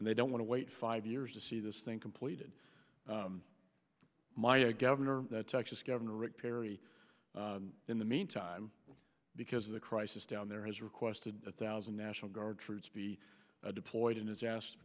and they don't want to wait five years to see this thing completed my a governor the texas governor rick perry in the meantime because of the crisis down there has requested a thousand national guard troops to be deployed and has as